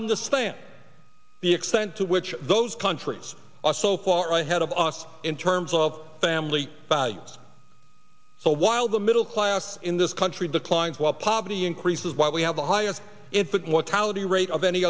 understand the extent to which those countries are so far ahead of us in terms of family values so while the middle class in this country declines while poverty increases while we have the highest infant mortality rate of any